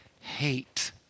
hate